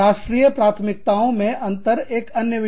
राष्ट्रीय प्राथमिकताओं में अंतर एक अन्य विषय है